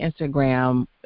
Instagram